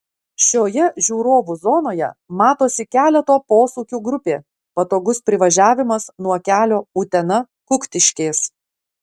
šioje žiūrovų zonoje matosi keleto posūkių grupė patogus privažiavimas nuo kelio utena kuktiškės